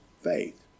faith